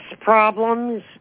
problems